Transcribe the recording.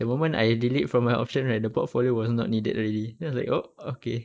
the moment I delete from my option right the portfolio was not needed already then I was like oh okay